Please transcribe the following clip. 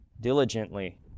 diligently